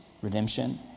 redemption